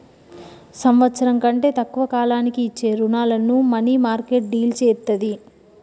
సంవత్సరం కంటే తక్కువ కాలానికి ఇచ్చే రుణాలను మనీమార్కెట్ డీల్ చేత్తది